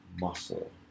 muscle